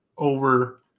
Over